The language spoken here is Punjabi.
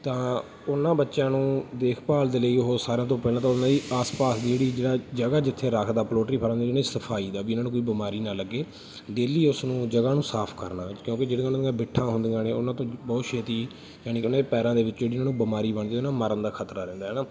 ਤਾਂ ਉਹਨਾਂ ਬੱਚਿਆਂ ਨੂੰ ਦੇਖਭਾਲ ਦੇ ਲਈ ਉਹ ਸਾਰਿਆਂ ਤੋਂ ਪਹਿਲਾਂ ਤਾਂ ਉਹਨਾਂ ਦੀ ਆਸ ਪਾਸ ਦੀ ਜਿਹੜੀ ਜਿਹੜਾ ਜਗ੍ਹਾ ਜਿੱਥੇ ਰੱਖਦਾ ਪਲੋਟਰੀ ਫਾਰਮ ਦੀ ਸਫਾਈ ਦਾ ਵੀ ਇਹਨਾਂ ਨੂੰ ਕੋਈ ਬਿਮਾਰੀ ਨਾ ਲੱਗੇ ਡੇਲੀ ਉਸ ਨੂੰ ਜਗ੍ਹਾ ਨੂੰ ਸਾਫ਼ ਕਰਨਾ ਕਿਉਂਕਿ ਜਿਹੜੀਆਂ ਉਹਨਾਂ ਦੀਆਂ ਬਿੱਠਾਂ ਹੁੰਦੀਆਂ ਨੇ ਉਹਨਾਂ ਤੋਂ ਬਹੁਤ ਛੇਤੀ ਯਾਨੀ ਕਿ ਉਹਨਾਂ ਦੇ ਪੈਰਾਂ ਦੇ ਵਿੱਚ ਜਿਹੜੀ ਉਹਨਾਂ ਨੂੰ ਬਿਮਾਰੀ ਬਣਦੀ ਉਹਦੇ ਨਾਲ ਮਰਨ ਦਾ ਖ਼ਤਰਾ ਰਹਿੰਦਾ ਹੈ ਨਾ